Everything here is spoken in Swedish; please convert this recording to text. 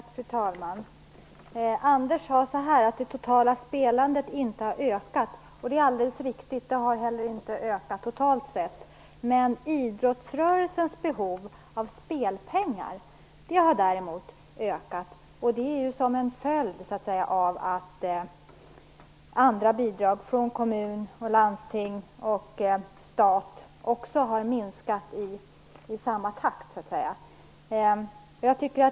Fru talman! Anders Nilsson sade att det totala spelandet inte har ökat. Det är alldeles riktigt. Men idrottsrörelsens behov av spelpengar har däremot ökat som en följd av att andra bidrag från kommun, landsting och stat har minskat i motsvarande grad.